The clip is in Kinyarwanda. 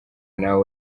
nawe